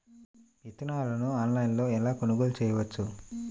విత్తనాలను ఆన్లైనులో ఎలా కొనుగోలు చేయవచ్చు?